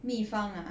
秘方 ah